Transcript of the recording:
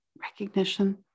recognition